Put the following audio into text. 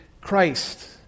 Christ